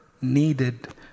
needed